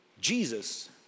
Jesus